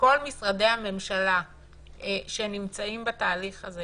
מכל משרדי הממשלה שנמצאים בתהליך הזה